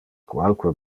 qualque